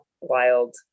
wild